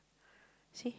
see